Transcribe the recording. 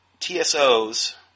TSOs